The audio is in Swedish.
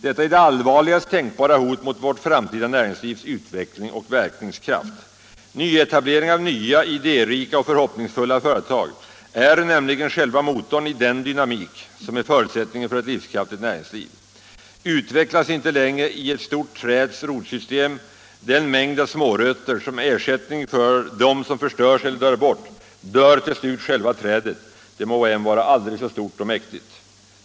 Detta är det allvarligast tänkbara hot mot vårt framtida näringslivs utveckling och verkningskraft. Nyetablering av idérika och förhoppningsfulla företag är nämligen själva motorn i den dynamik som är förutsättningen för ett livskraftigt nä ringsliv. Utvecklas inte längre i ett stort träds rotsystem en mängd av smårötter som ersättning för dem som förstörts eller dör bort dör till slut själva trädet — det må vara aldrig så stort och mäktigt.